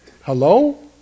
Hello